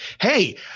hey